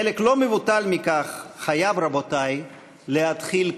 חלק לא מבוטל מכך חייב, רבותי, להתחיל כאן,